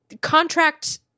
contract